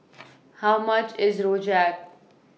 How much IS Rojak